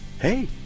Hey